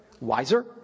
wiser